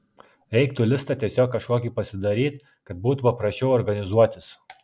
reiktų listą tiesiog kažkokį pasidaryt kad būtų paprasčiau organizuotis